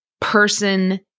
person